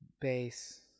bass